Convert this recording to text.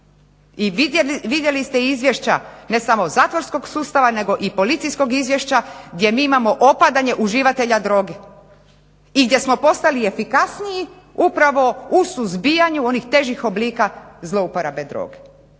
I vidjeli ste izvješća ne samo zatvorskog sustava nego i policijskog izvješća gdje mi imamo opadanje uživatelja droge i gdje smo postali efikasniji upravo u suzbijanju onih težih oblika zlouporabe droge.